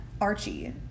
Archie